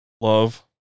love